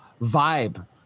vibe